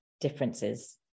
differences